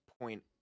point